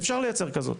אפשר לייצר כזאת